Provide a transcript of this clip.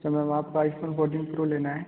तो मैम आपको iPhone fourteen pro लेना है